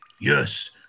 Yes